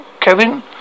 Kevin